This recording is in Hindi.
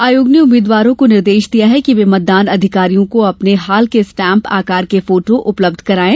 आयोग ने उम्मीदवारों को निर्देश दिया है कि वे मतदान अधिकारियों को अपने हाल के स्टैंप आकार के फोटो उपलब्धर करायें